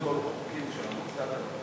לפסול חוקים של המוסד.